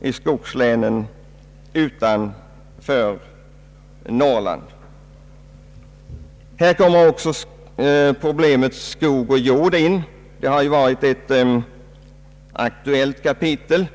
i skogslänen utanför Norrland. Här kommer också problemet skog och jord in; det har ju varit ett aktuellt kapitel.